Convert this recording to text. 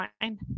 fine